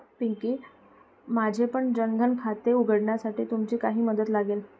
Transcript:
पिंकी, माझेपण जन धन खाते उघडण्यासाठी तुमची काही मदत लागेल